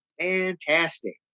Fantastic